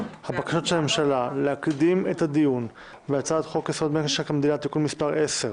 בקשת הממשלה להקדים את הדיון בהצעת חוק יסוד: משק המדינה (תיקון מס' 10)